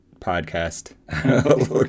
podcast